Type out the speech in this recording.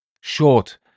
Short